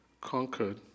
conquered